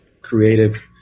creative